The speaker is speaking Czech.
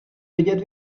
vědět